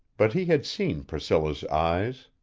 but he had seen priscilla's eyes.